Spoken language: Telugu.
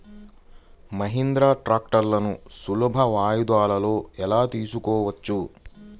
మహీంద్రా ట్రాక్టర్లను సులభ వాయిదాలలో ఎలా తీసుకోవచ్చు?